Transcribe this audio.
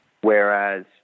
Whereas